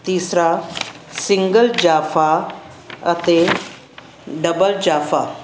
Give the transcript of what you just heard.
ਤੀਸਰਾ ਸਿੰਗਲ ਜਾਫ਼ਾ ਅਤੇ ਡਬਲ ਜਾਫ਼ਾ